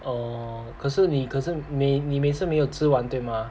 orh 可是你可是每你每次没有吃完对吗